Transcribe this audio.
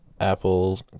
apple